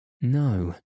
No